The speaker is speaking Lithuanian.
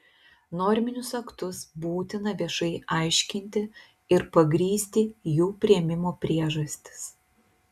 norminius aktus būtina viešai aiškinti ir pagrįsti jų priėmimo priežastis